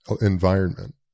environment